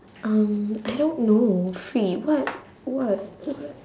um I don't know free what what what